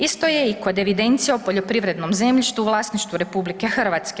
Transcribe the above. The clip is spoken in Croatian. Isto je i kod evidencije o poljoprivrednom zemljištu u vlasništvu RH.